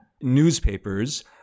newspapers